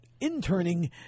interning